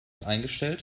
eingestellt